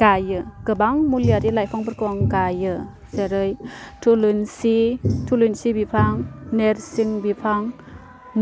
गायो गोबां मुलियारि लाइफांफोरखौ आं गायो जेरै थुलुंसि थुलुंसि बिफां नोरसिं बिफां